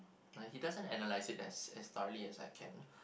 like he doesn't analyse it as as thoroughly as I can